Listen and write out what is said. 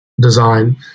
design